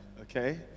okay